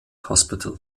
hospital